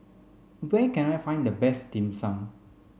where can I find the best dim sum